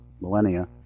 millennia